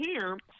camp